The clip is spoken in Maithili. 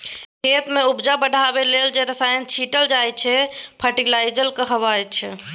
खेत मे उपजा बढ़ाबै लेल जे रसायन छीटल जाइ छै फर्टिलाइजर कहाबै छै